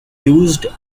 used